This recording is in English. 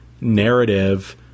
narrative